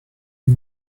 you